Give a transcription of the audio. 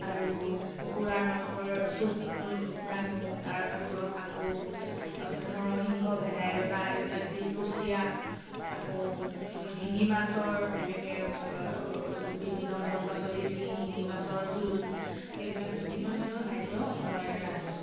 আৰু কুকুৰাৰ মাংসৰ চুপ ৰান্ধোঁ তাৰ পাছত আকৌ আপোনাৰ নৰসিংহ ভেদাইলতা এইবিলাক দি কুচিয়া আকৌ শিঙি মাছৰ এনেকে বিভিন্ন বন পাচলি দি শিঙি মাছৰ জোল এইবিলাক বিভিন্ন ধৰণৰ খাদ্য মই ৰান্ধোঁ